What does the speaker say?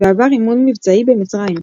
ועבר אימון מבצעי במצרים.